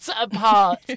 apart